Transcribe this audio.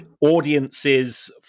Audiences